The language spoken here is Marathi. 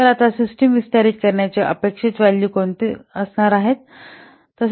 तर आता सिस्टम विस्तारित करण्याचे अपेक्षित व्हॅल्यू कोणत्याद्वारे शोधणार